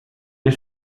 est